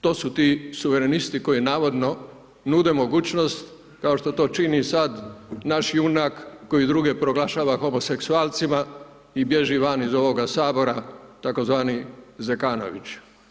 To su ti suvremenosti, koje navodno nude mogućnost, kao što to čini sada, naš junak, koje druge proglašava homoseksualcima i bježi van iz ovoga Sabora tzv. Zekanović.